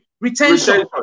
retention